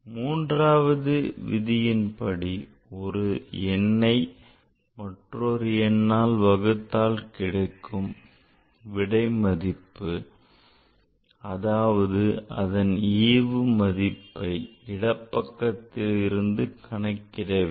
மூன்றாம் விதியின் படி ஒரு எண்ணை மற்றொரு எண்ணால் வகுத்தால் கிடைக்கும் விடை மதிப்பு அதாவது அதன் ஈவு மதிப்பை இடப்பக்கத்தில் இருந்து கணக்கிட வேண்டும்